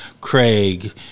Craig